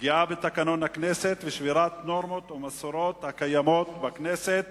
פגיעה בתקנון הכנסת ושבירת נורמות ומסורות הקיימות בכנסת